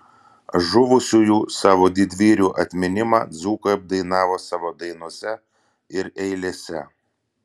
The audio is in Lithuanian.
žuvusiųjų savo didvyrių atminimą dzūkai apdainavo savo dainose ir eilėse